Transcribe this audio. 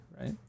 right